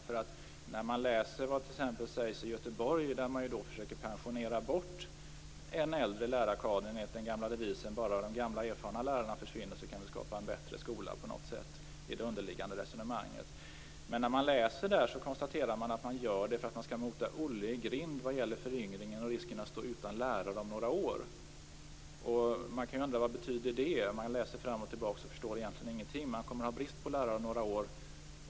Man kan t.ex. läsa vad som sägs i Göteborg, där man försöker pensionera bort den äldre lärarkadern enligt den gamla devisen: Bara de gamla erfarna lärarna försvinner, kan vi skapa en bättre skola. När man läser detta kan man konstatera att de gör det för att mota Olle i grind när det gäller föryngringen och risken att stå utan lärare om några år. Man kan undra vad det betyder. Man läser fram och tillbaks och förstår egentligen ingenting. De kommer att ha brist på lärare om några år.